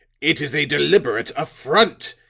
it is a deliberate affront.